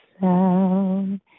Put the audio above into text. sound